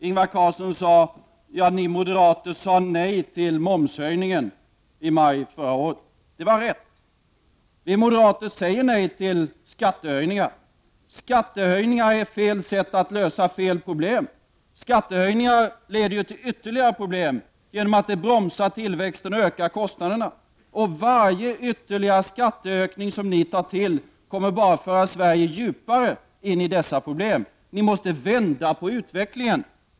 Ingvar Carlsson framhöll att vi moderater sade nej till momshöjningen i maj förra året. Det var rätt. Vi moderater säger nej till skattehöjningar. Skattehöjningar är fel sätt att lösa fel problem. Skattehöjningar leder till ytterligare problem genom att de bromsar tillväxten och ökar kostnaderna. Varje ytterligare skatteökning som regeringen tar till kommer bara att föra Sverige djupare in i dessa problem. Socialdemokraterna måste vända på utvecklingen.